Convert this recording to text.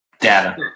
data